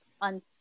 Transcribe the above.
on